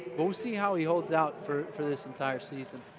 we'll see how he holds out for for this entire season.